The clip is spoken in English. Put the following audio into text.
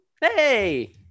Hey